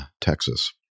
Texas